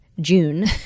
June